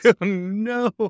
no